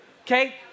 Okay